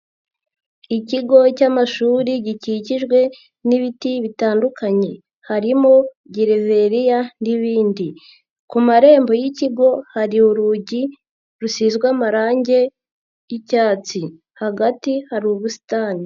Ikigo cy'amashuri gikikijwe n'ibiti bitandukanye harimo gileveriya n'ibindi, ku marembo y'ikigo hari urugi rusizwe amarangi y'icyatsi, hagati hari ubusitani.